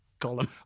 column